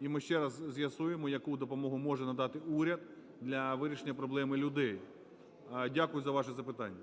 і ми ще раз з'ясуємо, яку допомогу може надати уряд для вирішення проблеми людей. Дякую за ваше запитання.